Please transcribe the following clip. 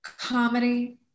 comedy